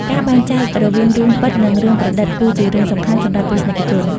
ការបែងចែករវាងរឿងពិតនិងរឿងប្រឌិតគឺជារឿងសំខាន់សម្រាប់ទស្សនិកជន។